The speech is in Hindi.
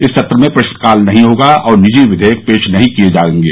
इस सत्र में प्रश्नकाल नहीं होगा और निजी विधेयक पेश नहीं किये जायेंगे